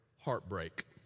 Heartbreak